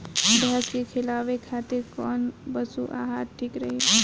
भैंस के खिलावे खातिर कोवन पशु आहार ठीक रही?